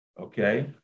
okay